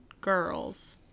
girls